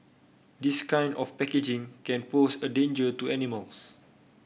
this kind of packaging can pose a danger to animals